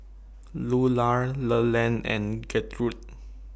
Lular Leland and Gertrude